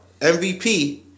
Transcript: MVP